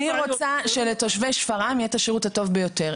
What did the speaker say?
רוצה שלתושבי שפרעם יהיה את השירות הטוב ביותר.